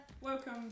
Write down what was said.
Welcome